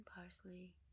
parsley